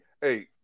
Hey